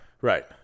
Right